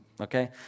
okay